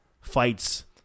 fights